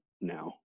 now